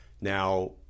now